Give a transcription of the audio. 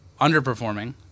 underperforming